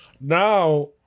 Now